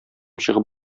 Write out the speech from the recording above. чыгып